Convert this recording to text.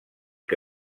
que